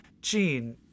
Gene